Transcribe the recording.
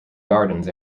gardens